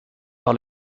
par